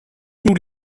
tous